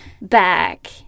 back